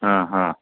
हां हां